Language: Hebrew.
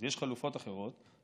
אז יש חלופות אחרות.